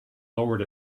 lowered